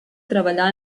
treballar